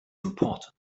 important